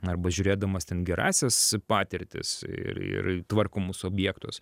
arba žiūrėdamas ten gerąsias patirtis ir ir tvarkomus objektus